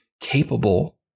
capable